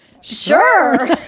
Sure